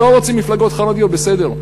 לא רוצים מפלגות חרדיות, בסדר.